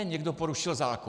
Někdo porušil zákon.